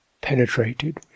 penetrated